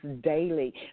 daily